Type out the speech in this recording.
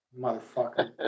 Motherfucker